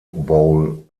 bowl